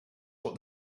what